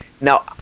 Now